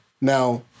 Now